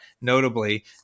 Notably